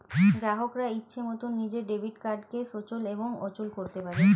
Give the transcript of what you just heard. গ্রাহকরা ইচ্ছে মতন নিজের ডেবিট কার্ডকে সচল এবং অচল করতে পারে